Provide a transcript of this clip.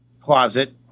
closet